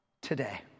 today